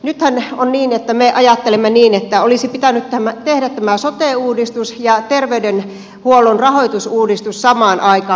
nythän on niin että me ajattelemme niin että olisi pitänyt tehdä tämä sote uudistus ja terveydenhuollon rahoitusuudistus samaan aikaan